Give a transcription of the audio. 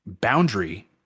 boundary